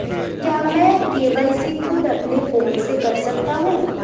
क्या मैं के.वाई.सी खुद अपने फोन से कर सकता हूँ?